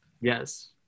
Yes